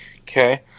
Okay